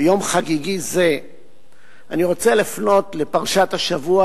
ביום חגיגי זה אני רוצה לפנות לפרשת השבוע,